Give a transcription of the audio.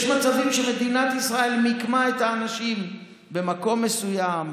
יש מצבים שמדינת ישראל מיקמה את האנשים במקום מסוים,